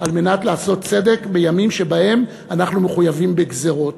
על מנת לעשות צדק בימים שבהם אנחנו מחויבים בגזירות.